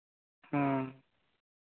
ᱦᱮᱸ